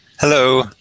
Hello